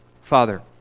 Father